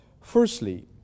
Firstly